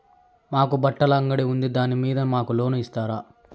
మాకు బట్టలు అంగడి ఉంది దాని మీద మాకు లోను ఇస్తారా